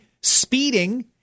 speeding